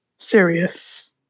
serious